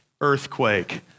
earthquake